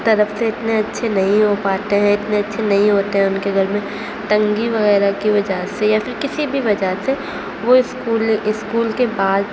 طرف سے اتنے اچھے نہیں ہو پاتے ہیں اتنے اچھے نہیں ہوتے ہیں ان کے گھر میں تنگی وغیرہ کی وجہ سے یا پھر کسی بھی وجہ سے وہ اسکول اسکول کے بعد